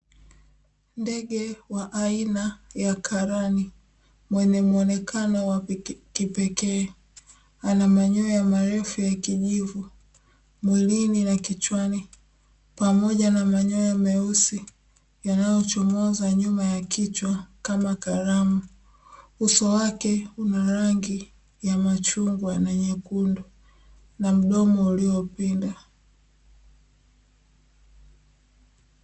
Ndege wa aina ya Karani mwenye muonekano wa kipekee. Ana manyoya marefu ya kijivu mwilini na kichwani, pamoja na manyoya meusi yanayochomoza nyuma ya kichwa kama kalamu. Uso wake una rangi ya machungwa na nyekundu, na mdomo uliopinda.